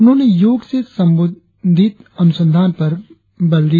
उन्होंने योग से संबोधित अनुसंधान पर बल दिया